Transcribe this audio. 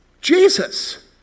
Jesus